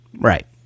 Right